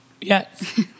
Yes